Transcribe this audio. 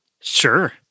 sure